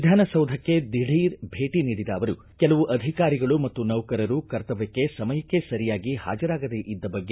ವಿಧಾನಸೌಧಕ್ಷೆ ದಿಢೀರ್ ಭೇಟ ನೀಡಿದ ಅವರು ಕೆಲವು ಅಧಿಕಾರಿಗಳು ಮತ್ತು ನೌಕರರು ಕರ್ತಮ್ಯಕ್ಷೆ ಸಮಯಕ್ಕೆ ಸರಿಯಾಗಿ ಹಾಜರಾಗದೆ ಇದ್ದ ಬಗ್ಗೆ